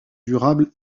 durable